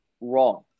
wrong